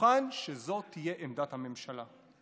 מוכן שזו תהיה עמדת הממשלה.